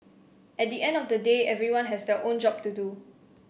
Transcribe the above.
at the end of the day everyone has their own job to do